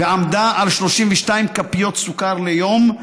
על 32 כפיות סוכר ליום.